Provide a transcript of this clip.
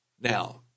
Now